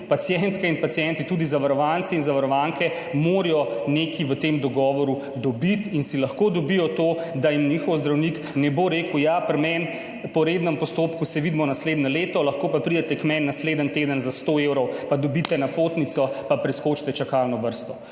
pacientke in pacienti, tudi zavarovanci in zavarovanke morajo nekaj dobiti v tem dogovoru in lahko dobijo to, da jim njihov zdravnik ne bo rekel, ja, pri meni se po rednem postopku vidimo naslednje leto, lahko pa pridete k meni naslednji teden za sto evrov, dobite napotnico in preskočite čakalno vrsto.